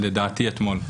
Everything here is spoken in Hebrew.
לדעתי אתמול.